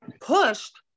pushed